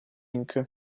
inc